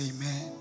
Amen